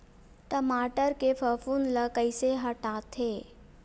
टमाटर के फफूंद ल कइसे हटाथे?